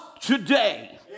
today